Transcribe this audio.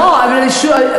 גם שם דרוש אישור ניהול תקין.